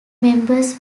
members